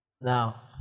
Now